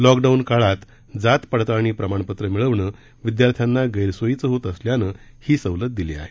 lockdown काळात जात पडताळणी प्रमाणपत्र मिळविणे विद्यार्थ्याना गैरसोयीचे होत असल्याने ही सवलत देण्यात आलेली आहे